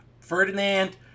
Ferdinand